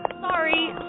Sorry